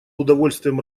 удовольствием